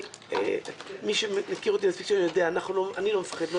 מי שמכיר אותי אני חושב שיודע,